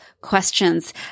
questions